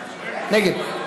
נגד.